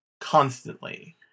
constantly